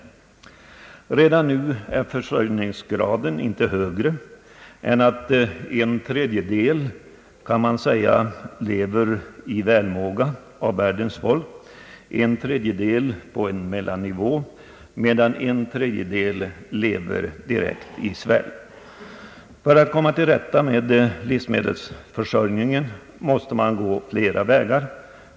Redan nu är försörjningsgraden inte högre än att en tredjedel av världens folk lever i välmåga och en tredjedel på en mellannivå, medan en tredjedel lever direkt i svält. För att komma till rätta med livsmedelsförsörjningen måste man gå flera vägar.